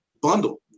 bundle